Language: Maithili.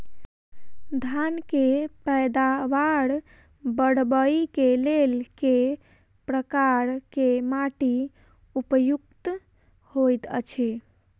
धान केँ पैदावार बढ़बई केँ लेल केँ प्रकार केँ माटि उपयुक्त होइत अछि?